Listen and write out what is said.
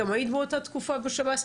גם היית באותה תקופה בשב"ס,